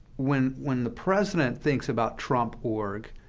when when the president thinks about trump org,